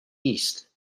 east